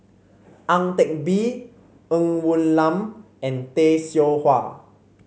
Ang Teck Bee Ng Woon Lam and Tay Seow Huah